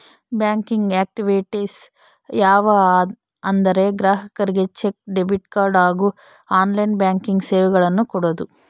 banking activities ಯಾವ ಅಂದರೆ ಗ್ರಾಹಕರಿಗೆ ಚೆಕ್, ಡೆಬಿಟ್ ಕಾರ್ಡ್ ಹಾಗೂ ಆನ್ಲೈನ್ ಬ್ಯಾಂಕಿಂಗ್ ಸೇವೆಗಳನ್ನು ಕೊಡೋದು